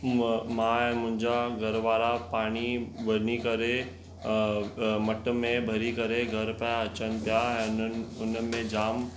मां ऐं मुंहिंजा घर वारा पाणी वञी करे मट में भरी करे घरु पिया अचनि पिया ऐं हिननि उन में जामु